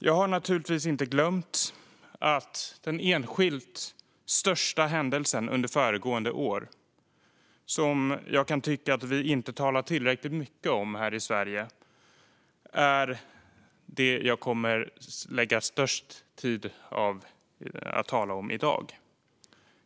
Jag har naturligtvis inte glömt den enskilt största händelsen under föregående år, något som jag inte tycker att vi har talat tillräckligt mycket om här i Sverige, och det är detta jag kommer att lägga den mesta tiden på att tala om i dag.